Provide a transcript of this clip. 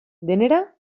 denera